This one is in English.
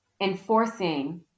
enforcing